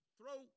throw